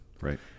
Right